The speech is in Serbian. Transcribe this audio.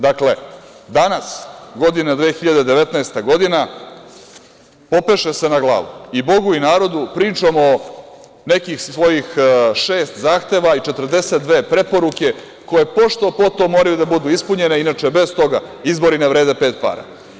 Dakle, danas, 2019. godina, popeše se na glavu i Bogu i narodu pričom o nekih svojih šest zahteva i 42 preporuke koje pošto-poto moraju da budu ispunjene, inače bez toga izbori ne vrede pet para.